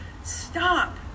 Stop